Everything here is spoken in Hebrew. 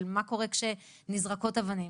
של מה קורה כשנזרקות אבנים,